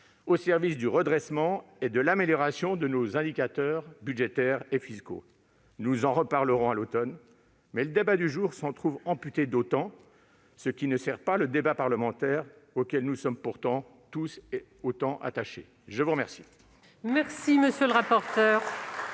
au service du redressement et de l'amélioration de nos indicateurs budgétaires et fiscaux. Nous en reparlerons cet automne, mais les échanges de ce jour s'en trouvent amputés d'autant, ce qui ne sert pas le débat parlementaire auquel nous sommes pourtant tous très attachés. La parole